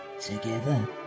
together